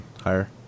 higher